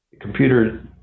computer